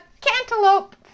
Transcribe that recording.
cantaloupe